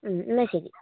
മ് എന്നാൽ ശരി